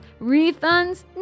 Refunds